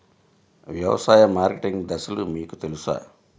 వ్యవసాయ మార్కెటింగ్ దశలు మీకు తెలుసా?